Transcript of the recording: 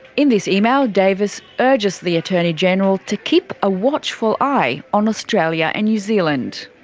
in this email, davis urges the attorney general to keep a watchful eye on australia and new zealand.